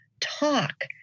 talk